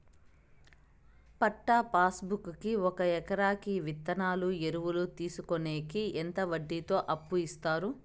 పట్టా passbook కి ఒక ఎకరాకి విత్తనాలు, ఎరువులు తీసుకొనేకి ఎంత వడ్డీతో అప్పు ఇస్తారు?